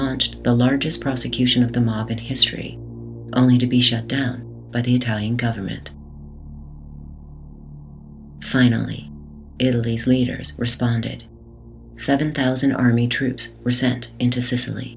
launched the largest prosecution of the mob in history only to be shot down by the tank government finally elite leaders responded seven thousand army troops were sent into sicily